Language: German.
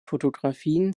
fotografien